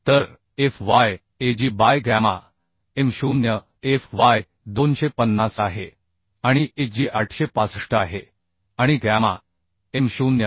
तर f y a g by gamma m0 f y 250 आहे आणि a g 865 आहे आणि गॅमा m0 1